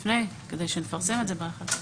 לפני, כדי שנפרסם את זה ב-1 ביולי.